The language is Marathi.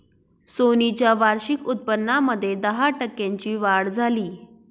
सोनी च्या वार्षिक उत्पन्नामध्ये दहा टक्क्यांची वाढ झाली